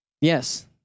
Yes